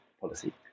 policy